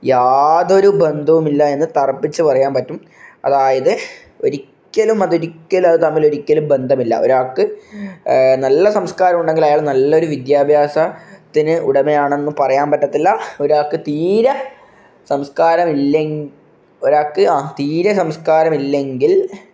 യാതൊരു ബന്ധവും ഇല്ല എന്ന് തറപ്പിച്ചു പറയാന് പറ്റും അതായത് ഒരിക്കലും അതൊരിക്കലും അത് തമ്മിലൊരിക്കലും ബന്ധമില്ല ഒരാള്ക്ക് നല്ല സംസ്കാരമുണ്ടെങ്കില് ആൾ നല്ല ഒരു വിദ്യാഭ്യാസത്തിനു ഉടമയാണന്ന് പറയാന് പറ്റത്തില്ല ഒരാള്ക്ക് തീരെ സംസ്കാരമില്ലെങ്കില് ഒരാള്ക്ക് തീരെ സംസ്കാരമില്ലെങ്കില്